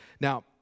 Now